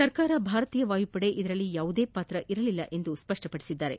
ಸರ್ಕಾರ ಭಾರತೀಯ ವಾಯುಪಡೆ ಇದರಲ್ಲಿ ಯಾವುದೇ ಪಾತ್ರ ಇರಲಿಲ್ಲ ಎಂದು ಸ್ವಷ್ಪಪಡಿಸಿದ್ದಾರೆ